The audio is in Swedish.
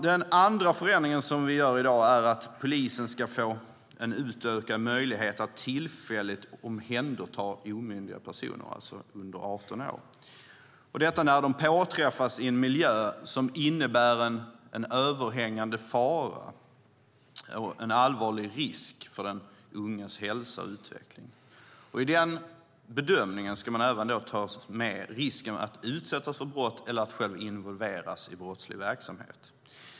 Den andra förändring som vi gör i dag är att polisen ska få utökad möjlighet att tillfälligt omhänderta omyndiga personer, alltså personer under 18 år, när de påträffas i en miljö som innebär en överhängande fara och en allvarlig risk för den unges hälsa och utveckling. I denna riskbedömning ska man även ta med risken för att utsättas för brott eller för att själv involveras i brottslig verksamhet.